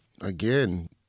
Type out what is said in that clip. again